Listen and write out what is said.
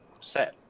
set